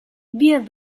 wir